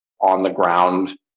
on-the-ground